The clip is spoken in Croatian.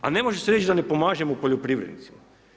A ne može se reći da ne pomažemo poljoprivrednicima.